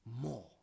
more